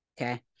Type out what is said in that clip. Okay